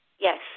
Yes